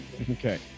Okay